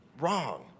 wrong